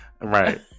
right